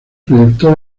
proyectó